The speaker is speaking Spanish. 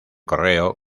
correo